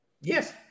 Yes